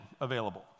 available